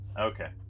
Okay